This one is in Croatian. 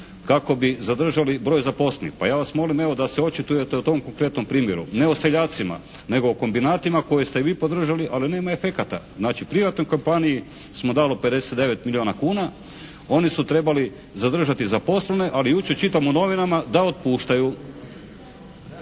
kako bi zadržali broj zaposlenih. Pa ja vas molim evo da se očitujete o tom konkretnom primjeru. Ne o seljacima nego o kombinatima koje ste vi podržali ali nema efekata. Znači privatnoj kompaniji smo dali 59 milijuna kuna. Oni su trebali zadržati zaposlene, ali jučer čitam u novinama da otpuštaju.